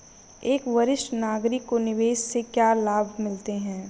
एक वरिष्ठ नागरिक को निवेश से क्या लाभ मिलते हैं?